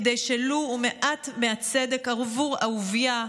כדי שלו מעט מהצדק עבור אהוביה,